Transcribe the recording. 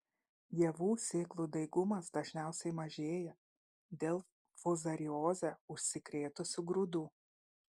javų sėklų daigumas dažniausiai mažėja dėl fuzarioze užsikrėtusių grūdų